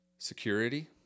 security